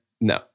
No